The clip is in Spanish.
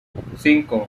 cinco